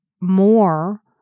more